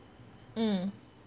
mm